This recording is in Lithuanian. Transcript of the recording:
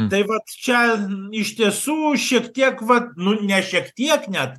tai vat čia iš tiesų šiek tiek vat nu ne šiek tiek net